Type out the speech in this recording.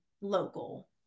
local